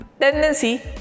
Tendency